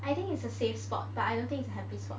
I think it's a safe spot but I don't think it's a happy spot